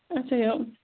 اَچھا یہِ